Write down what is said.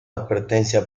advertencia